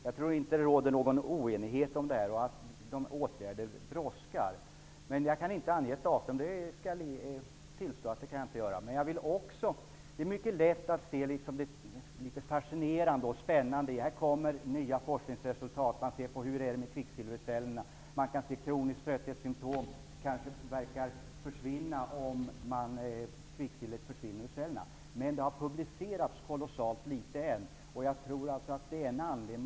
Jag tror inte att det råder någon oenighet om det här eller om att åtgärderna brådskar, men jag tillstår att jag inte kan ange något datum. Det är mycket lätt att se det litet fascinerande i nya forskningsresultat som kommer fram, t.ex. vad gäller kvicksilverhalten i cellerna. Man kan också se att kroniska trötthetssymptom kan försvinna när kvicksilvret tas bort ur tänderna. Men det har ännu så länge publicerats kolossalt litet om detta.